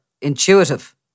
intuitive